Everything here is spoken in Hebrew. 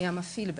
מי המפעיל בעצם.